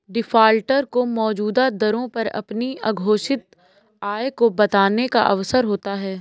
defaulter को मौजूदा दरों पर अपनी अघोषित आय को बताने का अवसर होता है